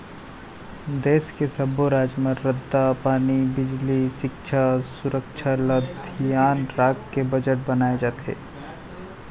देस के सब्बो राज म रद्दा, पानी, बिजली, सिक्छा, सुरक्छा ल धियान राखके बजट बनाए जाथे